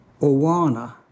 owana